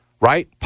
right